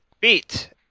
Beat